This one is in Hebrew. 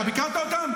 אתה ביקרת אותם?